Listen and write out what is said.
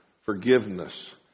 Forgiveness